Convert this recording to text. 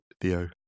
Theo